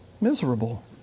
miserable